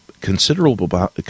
considerable